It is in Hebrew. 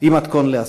היא מתכון לאסון.